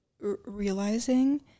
realizing